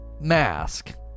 mask